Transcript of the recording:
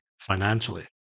financially